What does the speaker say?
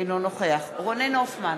אינו נוכח רונן הופמן,